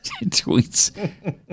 tweets